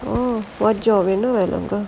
oh what job என்ன வேலை உனக்கு:enna velai unakku